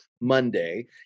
Monday